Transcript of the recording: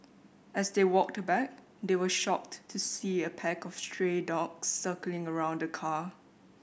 as they walked back they were shocked to see a pack of stray dogs circling around the car